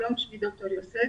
שלום, שמי ד"ר עדינה יוסף.